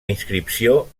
inscripció